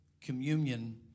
communion